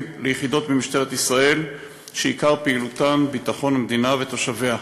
ליחידות במשטרת ישראל שעיקר פעילותן ביטחון המדינה ותושביה,